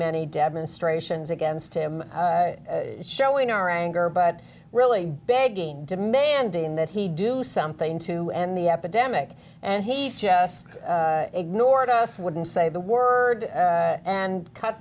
many demonstrations against him showing our anger but really begging demanding that he do something to end the epidemic and he just ignored us wouldn't say the word and cut